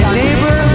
neighbor